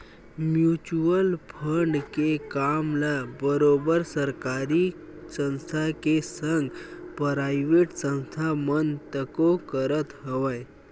mutual fund के काम ल बरोबर सरकारी संस्था के संग पराइवेट संस्था मन तको करत हवय